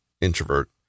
Introvert